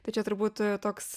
tai čia turbūt toks